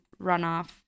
runoff